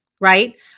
right